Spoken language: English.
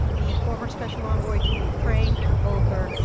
the former special envoy to ukraine, kurt volker,